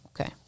okay